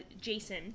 Jason